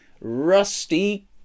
Rusty